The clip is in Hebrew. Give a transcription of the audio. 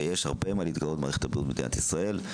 ויש הרבה מה להתגאות במערכת הבריאות במדינת ישראל.